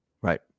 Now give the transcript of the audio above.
Right